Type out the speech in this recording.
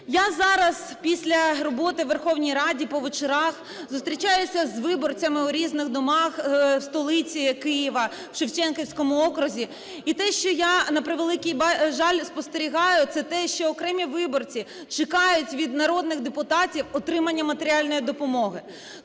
Я зараз після роботи у Верховній Раді по вечорах зустрічаюся з виборцями у різних домах в столиці Києва, у Шевченківському окрузі. І те, що я, на превеликий жаль, спостерігаю, це те, що окремі виборці чекають від народних депутатів отримання матеріальної допомоги.